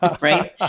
Right